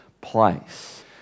place